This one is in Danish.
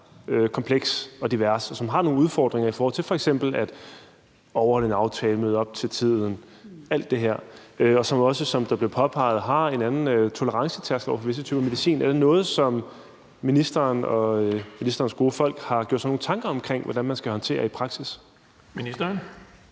kompleks og divers, og som har nogle udfordringer i forhold til f.eks. at overholde en aftale, møde op til tiden og alt det her, og som også, som der blev påpeget, har en anden tolerancetærskel over for visse typer medicin. Er det noget, som ministeren og ministerens gode folk har gjort sig nogen tanker om hvordan man skal håndtere i praksis? Kl.